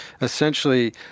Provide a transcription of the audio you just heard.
essentially